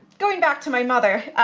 going back to my mother.